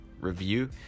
review